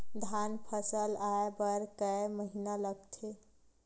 धान फसल आय बर कय महिना लगथे?